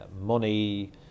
money